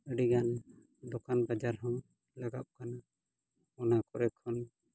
ᱟᱹᱰᱤ ᱜᱟᱱ ᱫᱚᱠᱟᱱ ᱵᱟᱡᱟᱨ ᱦᱚᱸ ᱞᱟᱜᱟᱜ ᱠᱟᱱᱟ ᱚᱱᱟ ᱠᱚᱨᱮ ᱠᱷᱚᱱ